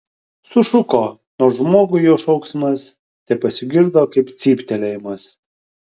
sušuko nors žmogui jo šauksmas tepasigirdo kaip cyptelėjimas